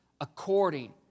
according